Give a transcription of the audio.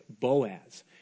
Boaz